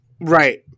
Right